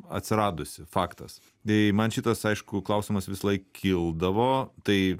atsiradusi faktas tai man šitas aišku klausimas visąlaik kildavo tai